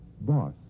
boss